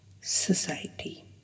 society